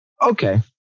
okay